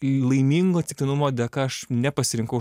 laimingo atsitiktinumo dėka aš nepasirinkau